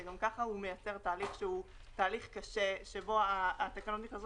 שגם ככה מייצר תהליך שהוא תהליך קשה שבו התקנות נכנסות